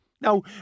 Now